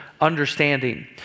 Understanding